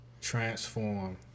transform